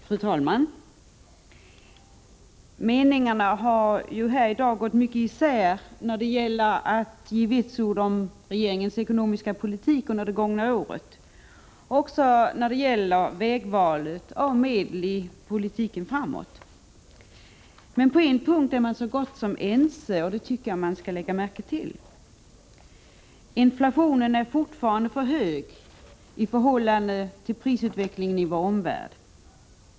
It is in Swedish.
Fru talman! Meningarna har i dag gått mycket isär när det gäller att ge vitsord om regeringens ekonomiska politik under det gångna året och även när det gäller vägvalet beträffande framtida medel i politiken. Men på en punkt är man så gott som ense — det tycker jag att man skall lägga märke till — nämligen att inflationen fortfarande är för hög i förhållande till prisutvecklingen i vår omvärld.